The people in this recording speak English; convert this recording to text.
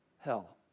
hell